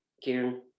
Kieran